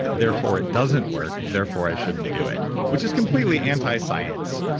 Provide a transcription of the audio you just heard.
therefore it doesn't work, therefore i shouldn't do it, which is completely antiscience,